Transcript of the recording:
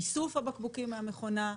איסוף הבקבוקים מהמכונה,